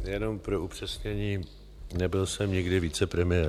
Jenom pro upřesnění nebyl jsem nikdy vicepremiér.